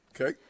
Okay